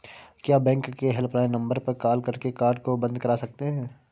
क्या बैंक के helpline number पर कॉल करके कार्ड को बंद करा सकते हैं?